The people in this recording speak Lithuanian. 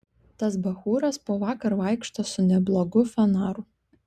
tas bachūras po vakar vaikšto su neblogu fanaru